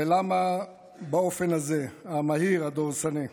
ולמה באופן הזה, המהיר, הדורסני.